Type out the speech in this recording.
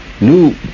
new